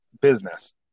business